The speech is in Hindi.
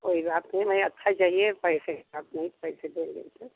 कोई बात नहीं हमें अच्छा चाहिए पैसे आपको पैसे दे देती हूँ